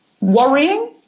worrying